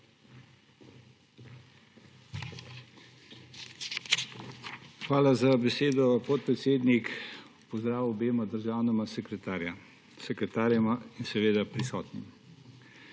Hvala za besedo, podpredsednik. Pozdrav obema državnima sekretarjema in seveda prisotnim!